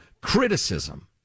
criticism